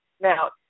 Now